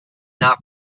not